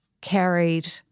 carried